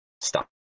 stop